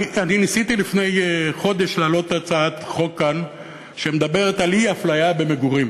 אני ניסיתי לפני חודש להעלות כאן הצעת חוק שמדברת על אי-אפליה במגורים.